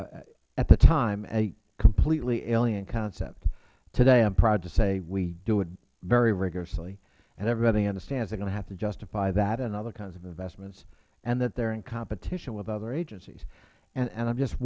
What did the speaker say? it at the time a completely alien concept today i am proud to say we do it very rigorously and everybody understands they are going to have to justify that and other kinds of investments and that they are in competition with other agencies and i am just